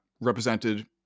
represented